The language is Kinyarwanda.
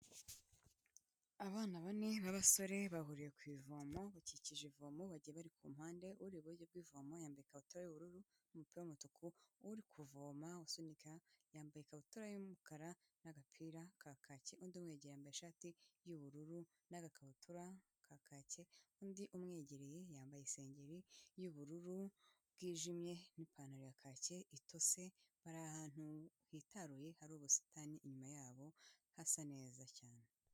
Abana bane b'abasore bahuriye ku ivomo, bakikije ivomo bajya bari ku mpande uri iburyo bw'ibivomo yambaye ikabutura y'ubururu, umupira w'umutuku. Uri kuvoma usunika yambaye ikabutura y'umukara n'agapira ka kaki, undi umwegereye yambaye ishati y'ubururu n'agakabutura ka kake, undi umwegereye yambaye isengeri y'ubururu bwijimye n'ipantaro ya kake itose, bari ahantu hitaruye hari ubusitani, inyuma yabo hasa neza cyane